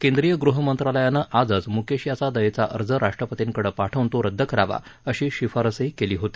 केंद्रीय गृहमंत्रालयानं आजच मुकेश याचा दयेचा अर्ज राष्ट्रपतींकडे पाठवून तो रद्द करावा अशी शिफारसही केली होती